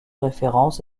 référence